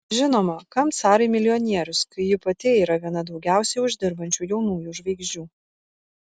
žinoma kam carai milijonierius kai ji pati yra viena daugiausiai uždirbančių jaunųjų žvaigždžių